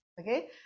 okay